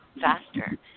faster